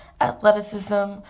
athleticism